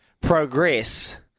progress